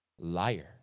liar